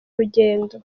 rugendo